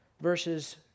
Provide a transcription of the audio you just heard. Verses